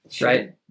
right